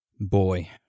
Boy